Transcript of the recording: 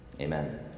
amen